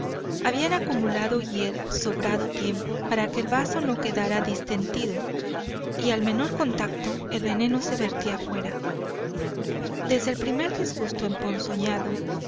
habían acumulado hiel sobrado tiempo para que el vaso no quedara distentido y al menor contacto el veneno se vertía afuera desde el primer disgusto